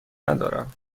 ندارم